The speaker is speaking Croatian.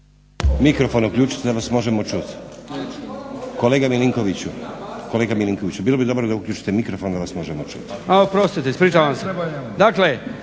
Mikrofon uključite da vas možemo čuti. Kolega Milinkoviću, bilo bi dobro da uključite mikrofon da vas možemo čuti.